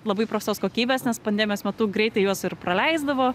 labai prastos kokybės nes pandemijos metu greitai juos ir praleisdavo